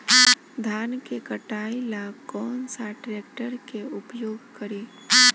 धान के कटाई ला कौन सा ट्रैक्टर के उपयोग करी?